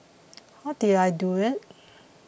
how did I do it